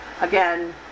Again